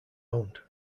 owned